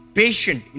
patient